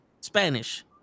Spanish